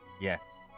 Yes